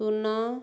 ଶୂନ